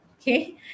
okay